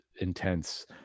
intense